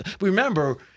Remember